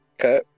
Okay